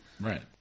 Right